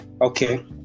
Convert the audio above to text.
okay